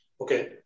Okay